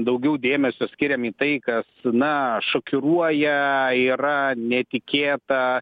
daugiau dėmesio skiriam į tai kas na šokiruoja yra netikėta